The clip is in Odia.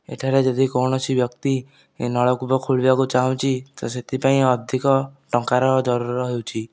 ଏଠାରେ ଯଦି କୌଣସି ବ୍ୟକ୍ତି ନଳ କୂପ ଖୋଳିବାକୁ ଚାହୁଁଛି ତ ସେଥିପାଇଁ ଅଧିକ ଟଙ୍କାର ଜରୁରୀ ହେଉଛି